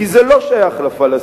כי זה לא שייך לפלסטינים.